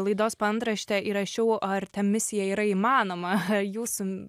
laidos paantrašte įrašiau ar ta misija yra įmanoma jūsų